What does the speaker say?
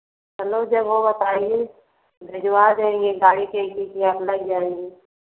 चलो जब हो आप आइए भिजवा देंगे गाड़ी से ही